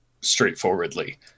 straightforwardly